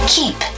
Keep